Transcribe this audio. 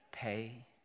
Pay